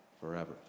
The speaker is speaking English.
forever